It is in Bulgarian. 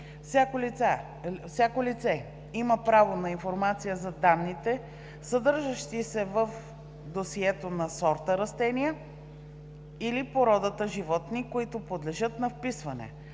Всяко лице има право на информация за данните, съдържащи се в досието на сорта растения или породата животни, които подлежат на вписване.